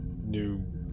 new